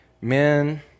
men